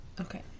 Okay